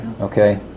Okay